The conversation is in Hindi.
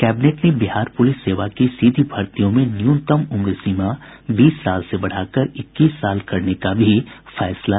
कैबिनेट ने बिहार पूलिस सेवा की सीधी भर्तियों में न्यूनतम उम्र सीमा बीस साल से बढ़ाकर इक्कीस साल करने का फैसला किया